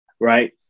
right